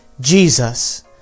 Jesus